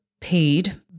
paid